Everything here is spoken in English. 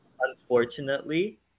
Unfortunately